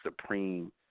supreme